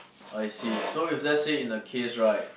I see so if let's say in the case right